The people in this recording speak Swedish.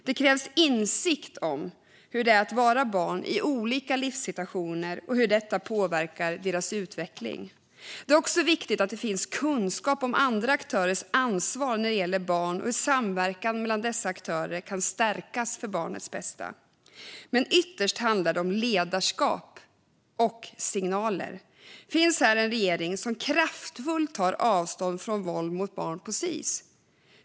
Det krävs insikt om hur det är att vara barn i olika livssituationer och hur dessa kan påverka barns utveckling. Det är också viktigt att det finns kunskap om andra aktörers ansvar när det gäller barn och att samverkan mellan dessa aktörer kan stärkas för barnets bästa. Ytterst handlar det om ledarskap och signaler. Finns här en regering som kraftfullt tar avstånd från våld mot barn på Sis?